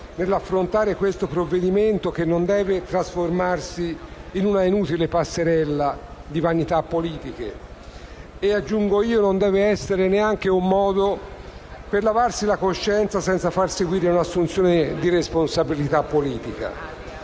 nell'affrontare questo provvedimento che non deve trasformarsi in un'inutile passerella di vanità politiche. E - aggiungo io - non deve essere neanche un modo per lavarsi la coscienza senza far seguire l'assunzione di responsabilità politica.